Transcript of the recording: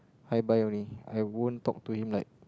hi bye only I won't talk to him like